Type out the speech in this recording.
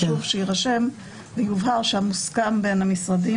חשוב שיירשם ויובהר שהמוסכם בין המשרדים